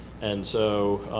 and so